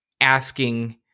asking